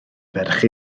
ferch